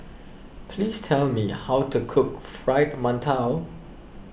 please tell me how to cook Fried Mantou